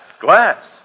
Glass